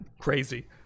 crazy